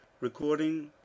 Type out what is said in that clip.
Recording